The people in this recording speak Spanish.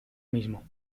mismo